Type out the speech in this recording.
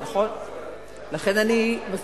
אתה ואני לא שחקנים.